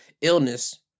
illness